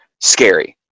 scary